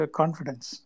confidence